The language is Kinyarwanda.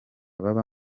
baba